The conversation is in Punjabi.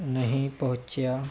ਨਹੀਂ ਪਹੁੰਚਿਆ